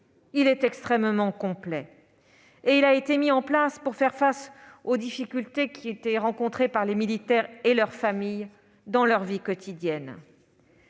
il est extrêmement complet. Il a été mis en place pour faire face aux difficultés que rencontraient les militaires et leurs familles dans leur vie quotidienne,